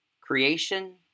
creation